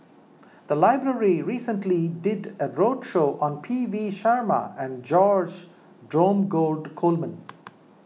the library recently did a roadshow on P V Sharma and George Dromgold Coleman